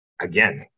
again